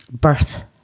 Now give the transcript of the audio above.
birth